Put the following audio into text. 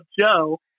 Joe